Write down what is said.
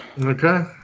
Okay